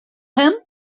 him